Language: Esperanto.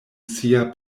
sia